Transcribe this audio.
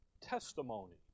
testimony